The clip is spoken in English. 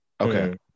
okay